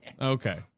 Okay